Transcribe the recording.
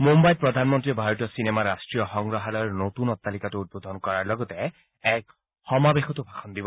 মুম্বাইত প্ৰধানমন্ত্ৰীয়ে ভাৰতীয় চিনেমাৰ ৰাষ্ট্ৰীয় সংগ্ৰাহালয় নতুন অট্টালিকাটো উদ্বোধন কৰাৰ লগতে এক সমাৱেশতো ভাষণ দিব